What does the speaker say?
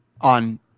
On